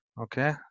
Okay